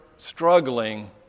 struggling